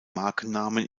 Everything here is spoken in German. markennamen